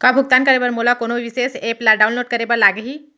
का भुगतान करे बर मोला कोनो विशेष एप ला डाऊनलोड करे बर लागही